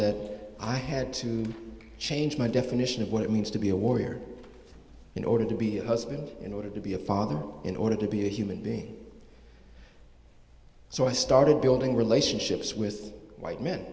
that i had to change my definition of what it means to be a warrior in order to be a husband in order to be a father in order to be a human being so i started building relationships with white men